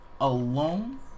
alone